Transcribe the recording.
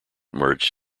merged